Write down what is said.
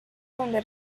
donde